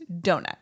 donut